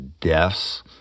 deaths